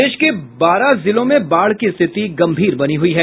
प्रदेश के बारह जिलों में बाढ़ की स्थिति गंभीर बनी हुई है